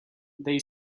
they